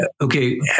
okay